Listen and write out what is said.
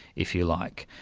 if you like.